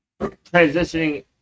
transitioning